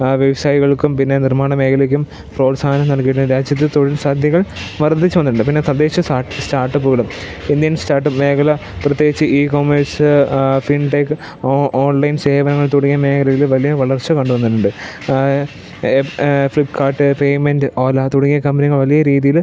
വ്യവസായികൾക്കും പിന്നെ നിർമ്മാണ മേഖലയ്ക്കും പ്രോത്സാഹനം നൽകി രാജ്യത്തെ തൊഴിൽ സാധ്യതകൾ വർദ്ധിച്ചു വന്നിട്ടുണ്ട് പിന്നെ തദ്ദേശ സ്റ്റാർട്ടപ്പുകളും ഇന്ത്യൻ സ്റ്റാർട്ടപ്പ് മേഖല പ്രത്യേകിച്ചു ഈ കോമേഴ്സ് ഫിൻടേക്ക് ഓൺലൈൻ സേവനങ്ങൾ തുടങ്ങിയ മേഖലയിൽ വലിയ വളർച്ച കണ്ടു വന്നിട്ടുണ്ട് ഫ്ലിപ്പ്കാർട്ട് പേയ്മെൻ്റ് ഓല തുടങ്ങിയ കമ്പനികൾ വലിയ രീതിയിൽ